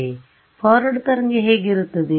ಆದ್ದರಿಂದ ಫಾರ್ವರ್ಡ್ ತರಂಗ ಹೇಗಿರುತ್ತದೆ